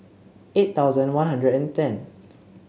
eight thousand One Hundred and ten